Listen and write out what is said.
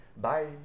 Bye